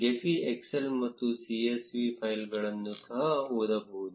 Gephi excel ಮತ್ತು csv ಫೈಲ್ಗಳನ್ನು ಸಹ ಓದಬಹುದು